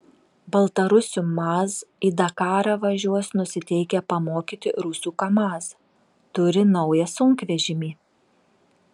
baltarusių maz į dakarą važiuos nusiteikę pamokyti rusų kamaz turi naują sunkvežimį